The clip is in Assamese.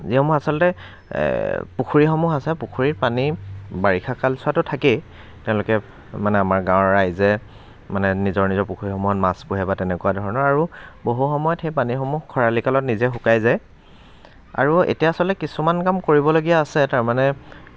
যিসমূহ আচলতে পুখুৰীসমূহ আছে পুখুৰীত পানী বাৰিষা কালছোৱাটো থাকেই তেওঁলোকে মানে আমাৰ গাঁৱৰ ৰাইজে মানে নিজৰ নিজৰ পুখুৰীসমূহত মাছ পুহে বা তেনেকুৱা ধৰণৰ আৰু বহুসময়ত সেই পানীসমূহ খৰালিকালত নিজে শুকাই যায় আৰু এতিয়া আচলতে কিছুমান কাম কৰিবলগীয়া আছে তাৰ মানে